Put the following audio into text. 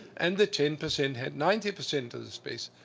and the ten percent had ninety percent of the space.